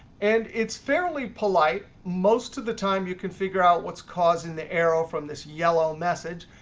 and it's fairly polite. most of the time, you can figure out what's causing the error from this yellow message.